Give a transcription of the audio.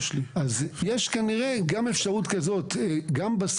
יש כנראה גם אפשרות כזאת בקנס מהמשטרה.